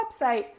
website